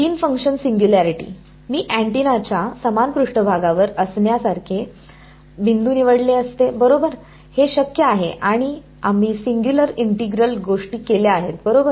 green function singularity function singularity मी अँटेनाच्या समान पृष्ठभागावर असण्यासारखे बिंदू निवडले असते बरोबर हे शक्य आहे आणि आम्ही सिंग्युलर इंटिग्रल गोष्टी केल्या आहेत बरोबर